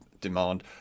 demand